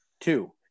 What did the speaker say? Two